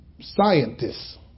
scientists